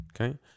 Okay